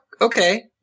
okay